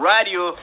Radio